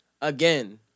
again